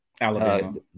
Alabama